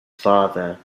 father